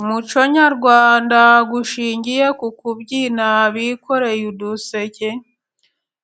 umuco nyarwanda ushingiye ku kubyina bikoreye uduseke,